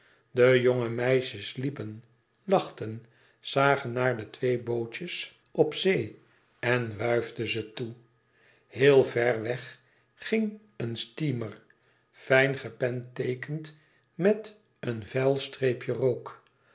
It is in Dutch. de jonge meisjes liepen lachten zagen naar de twee bootjes op zee en wuifden ze toe heel ver weg ging een steamer fijn gepenteekend met een vuil streepje rook